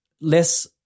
less